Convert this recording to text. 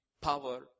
power